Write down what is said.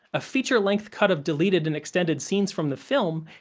a feature length cut of deleted and extended scenes from the film,